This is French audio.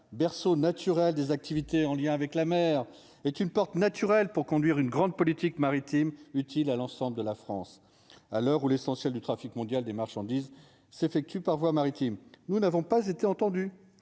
berceau naturel des activités en lien avec la mer et tu ne portes naturel pour conduire une grande politique maritime utiles à l'ensemble de la France à l'heure où l'essentiel du trafic mondial de marchandises s'effectue par voie maritime, nous n'avons pas été entendus